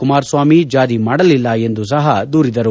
ಕುಮಾರಸ್ವಾಮಿ ಜಾರಿ ಮಾಡಲಿಲ್ಲ ಎಂದು ಸಹ ದೂರಿದರು